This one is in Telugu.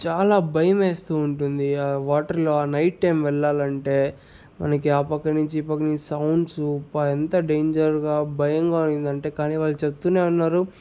చాలా భయమేస్తూ ఉంటుంది ఆ వాటర్లో నైట్ టైమ్ వెళ్ళాలంటే మనకి ఆ పక్కనించి ఈ పక్కనించి సౌండ్సు అబ్బ ఎంత డేంజర్గా భయంగా ఉండిందంటే కానీ వాళ్ళు చెప్తూనే ఉన్నారు